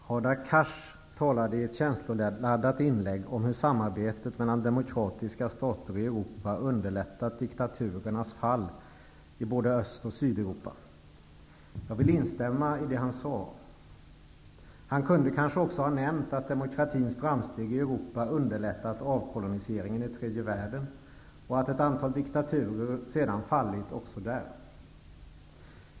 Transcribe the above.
Herr talman! Hadar Cars talade i ett känsloladdat inlägg om hur samarbetet mellan demokratiska stater i Europa underlättat diktaturernas fall i både Öst och Sydeuropa. Jag vill instämma i det som han sade. Han kunde kanske också ha nämnt att demokratins framsteg i Europa underlättat avkoloniseringen i tredje världen och att ett antal diktaturer sedan fallit också där.